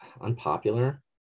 Unpopular